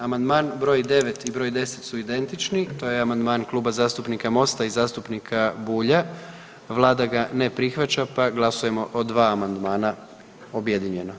Amandman br. 9. i br. 10. su identični, to je amandman Kluba zastupnika MOST-a i zastupnika Bulja, vlada ga ne prihvaća, pa glasujemo o dva amandmana objedinjeno.